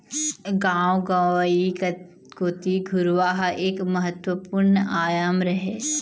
गाँव गंवई कोती घुरूवा ह एक महत्वपूर्न आयाम हरय